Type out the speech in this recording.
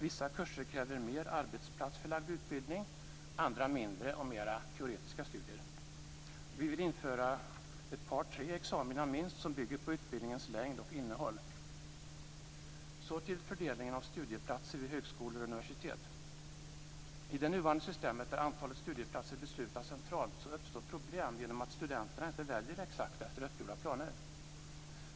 Vissa kurser kräver mer arbetsplatsförlagd utbildning, andra mindre och mer teoretiska studier. Vi vill införa minst ett par tre examina som bygger på utbildningens längd och innehåll. Så till fördelningen av studieplatser vid högskolor och universitet. I det nuvarande systemet, där antalet studieplatser beslutas centralt, uppstår problem genom att studenterna inte väljer exakt efter uppgjorda planer.